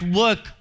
work